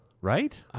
Right